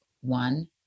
one